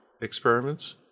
experiments